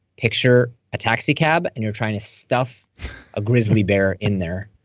picture, a taxi cab, and you're trying to stuff a grizzly bear in there,